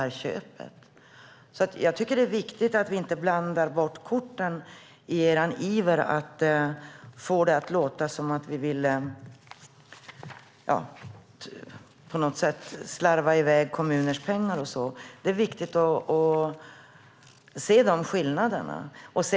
Jag tycker därför att det är viktigt att ni inte blandar bort korten i er iver att få det att låta som att vi på något sätt vill slarva i väg kommuners pengar. Det är viktigt att se dessa skillnader.